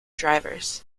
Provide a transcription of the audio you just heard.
drivers